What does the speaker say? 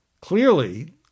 Clearly